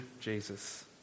Jesus